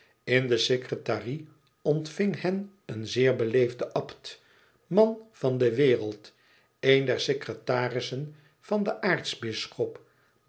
in de secretarie ontving hen een zeer beleefde abt man van de wereld een der secretarissen van den